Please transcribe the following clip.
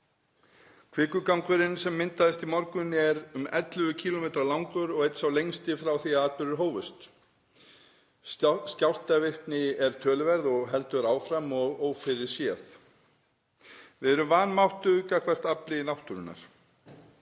Kvikugangurinn sem myndaðist í morgun er um 11 kílómetra langur og einn sá lengsti frá því að atburðir hófust. Skjálftavirkni er töluverð og heldur áfram og er ófyrirséð. Við erum vanmáttug gagnvart afli náttúrunnar.